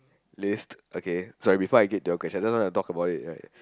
list okay sorry before I get to your question just now when I talked about it right